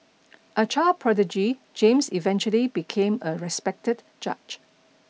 a child prodigy James eventually became a respected judge